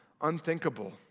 unthinkable